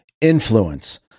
influence